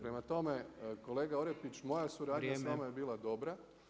Prema tome, kolega Orepić moja suradnja sa vama je bila dobra.